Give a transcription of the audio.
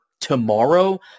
tomorrow